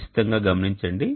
నిశితంగా గమనించండి